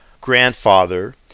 grandfather